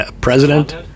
president